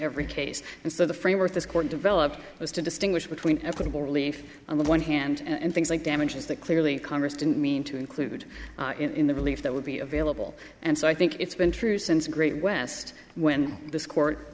every case and so the framework this court developed was to distinguish between equitable relief on the one hand and things like damages that clearly congress didn't mean to include in the relief that would be available and so i think it's been true since great west when this court